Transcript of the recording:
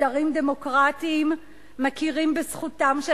משטרים דמוקרטיים מכירים בזכותם של